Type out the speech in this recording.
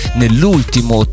nell'ultimo